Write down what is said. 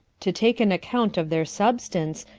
to take an account of their substance,